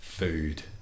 Food